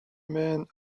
man